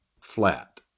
flat